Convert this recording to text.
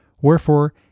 wherefore